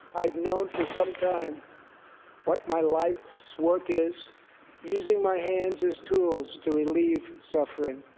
i've known for some time what my life's work is using my hands as tools to relieve suffering.